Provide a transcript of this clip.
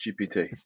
GPT